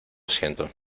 siento